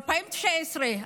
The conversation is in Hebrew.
ב-2019,